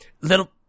little